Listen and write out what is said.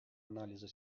анализа